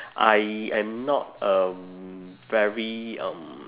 I I'm not um very um